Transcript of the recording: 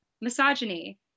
misogyny